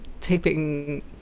taping